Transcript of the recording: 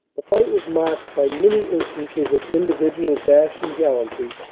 the fight was marked by many instances of individual dash and gallantry,